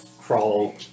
crawl